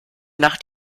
nacht